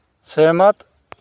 सहमत